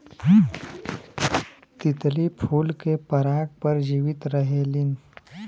तितली फूल के पराग पर जीवित रहेलीन